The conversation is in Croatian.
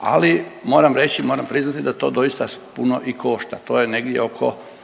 ali moram reći, moram priznati da to doista puno i košta. To je negdje oko